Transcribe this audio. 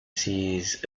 sees